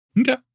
Okay